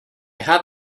have